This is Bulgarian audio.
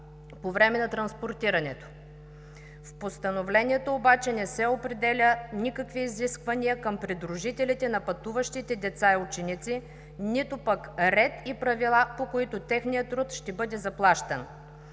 В Постановлението обаче не се определят никакви изисквания към придружителите на пътуващите деца и ученици, нито пък реда и правилата, по които техният труд ще бъде заплащан.